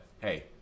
hey